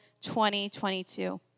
2022